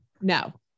no